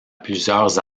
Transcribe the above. plusieurs